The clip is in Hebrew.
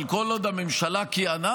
אבל כל עוד הממשלה כיהנה,